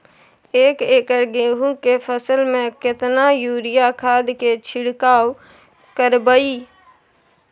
एक एकर गेहूँ के फसल में केतना यूरिया खाद के छिरकाव करबैई?